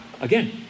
Again